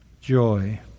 joy